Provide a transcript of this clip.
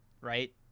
right